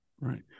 Right